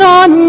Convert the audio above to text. on